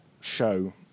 show